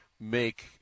make